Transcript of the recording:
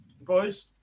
boys